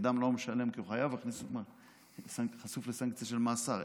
אדם שלא משלם, שהוא חייב, חשוף לסנקציה של מאסר.